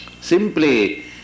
simply